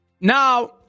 Now